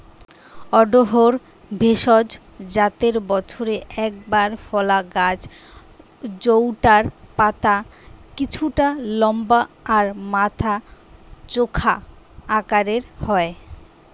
অড়হর ভেষজ জাতের বছরে একবার ফলা গাছ জউটার পাতা কিছুটা লম্বা আর মাথা চোখা আকারের হয়